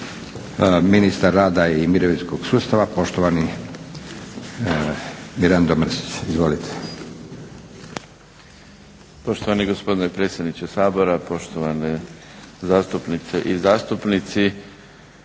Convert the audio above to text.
Ministar rada i mirovinskog sustava poštovani Mirando Mrsić. Izvolite. **Mrsić, Mirando (SDP)** Poštovani gospodine predsjedniče Sabora, poštovane zastupnice i zastupnici.